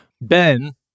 Ben